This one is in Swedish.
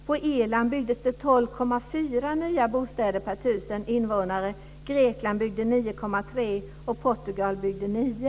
På Irland byggdes det 12,4 nya bostäder per tusen invånare. Grekland byggde 9,3 och Portugal byggde 9.